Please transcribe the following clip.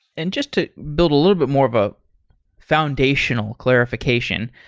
and just to build a little bit more about foundational clarification.